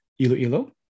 Iloilo